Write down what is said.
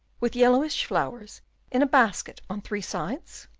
with yellowish flowers in a basket on three sides?